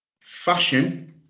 Fashion